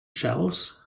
shells